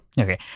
Okay